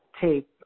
tape